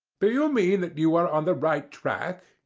do you mean that you are on the right track?